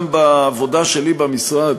גם בעבודה שלי במשרד,